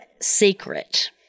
secret